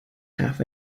half